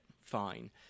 fine